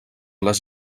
les